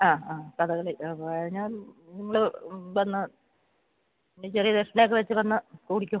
ആ ആ കഥകളി പറഞ്ഞാൽ നിങ്ങൾ വന്ന് എനിക്ക് ഒരു ദക്ഷിണ ഒക്കെ വെച്ച് തന്ന് കൂടിക്കോ